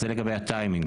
זה לגבי הטיימינג.